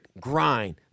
grind